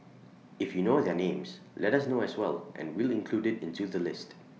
if you know their names let us know as well and we'll include IT into the list